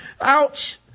ouch